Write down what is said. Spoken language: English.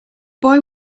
boy